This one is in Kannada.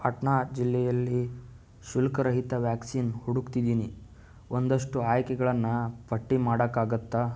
ಪಾಟ್ನಾ ಜಿಲ್ಲೆಯಲ್ಲಿ ಶುಲ್ಕರಹಿತ ವ್ಯಾಕ್ಸಿನ್ ಹುಡುಕ್ತಿದ್ದೀನಿ ಒಂದಷ್ಟು ಆಯ್ಕೆಗಳನ್ನು ಪಟ್ಟಿ ಮಾಡೋಕ್ಕಾಗುತ್ತಾ